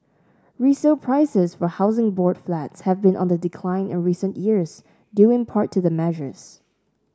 resale prices for Housing Board Flats have been on the decline in recent years due in part to the measures